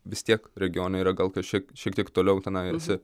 vis tiek regione yra gal kažkiek šiek tiek toliau tenai esi